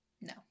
no